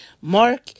Mark